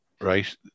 right